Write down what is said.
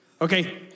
Okay